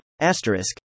Asterisk